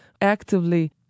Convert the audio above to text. actively